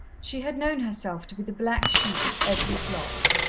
she had known herself to be the black sheep of every flock.